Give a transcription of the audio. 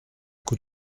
coup